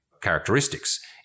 characteristics